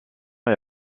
est